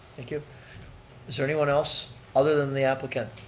like yeah is there anyone else other than the applicant?